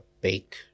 bake